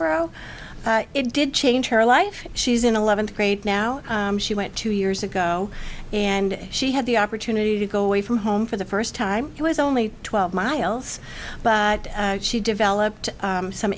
foxborough it did change her life she's in eleventh grade now she went two years ago and she had the opportunity to go away from home for the first time it was only twelve miles but she developed some